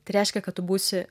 tai reiškia kad tu būsi